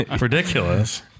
ridiculous